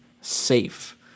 safe